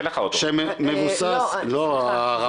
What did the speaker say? שמבוסס --- זה לא לעניין.